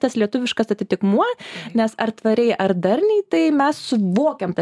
tas lietuviškas atitikmuo nes ar tvariai ar darniai tai mes suvokiam tą